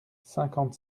cinquante